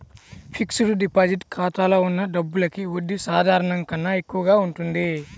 fixed deposit ఖాతాలో ఉన్న డబ్బులకి వడ్డీ సాధారణం కన్నా ఎక్కువగా ఉంటుంది